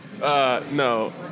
No